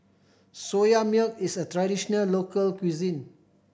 Soya Milk is a traditional local cuisine